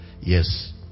Yes